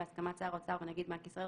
בהסכמת שר האוצר ונגיד בנק ישראל,